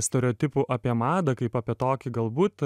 stereotipų apie madą kaip apie tokį galbūt